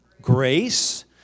Grace